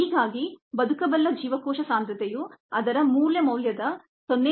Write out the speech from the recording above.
ಹೀಗಾಗಿ viable cell concentration ಅದರ ಮೂಲ ಮೌಲ್ಯದ 0